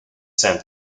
san